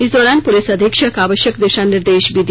इस दौरान पुलिस अधीक्षक आवष्यक दिषा निर्देष दिया